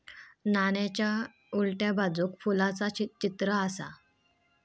नाण्याच्या उलट्या बाजूक फुलाचा चित्र आसा